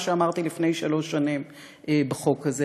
מה שאמרתי לפני שלוש שנים בחוק הזה.